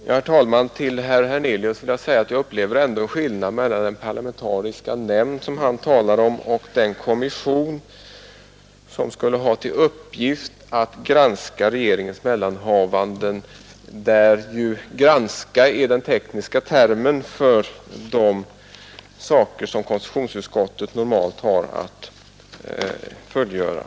Herr talman! Till herr Hernelius vill jag säga att jag ändå upplever det så att det finns en skillnad mellan den parlamentariska nämnd som herr Hernelius talar om och den kommission som skulle ha till uppgift att granska regeringens förehavanden, och där ”granska” är den tekniska termen för det arbete som konstitutionsutskottet normalt har att fullgöra.